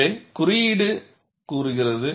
எனவே குறியீடு கூறுகிறது இது 0